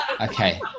Okay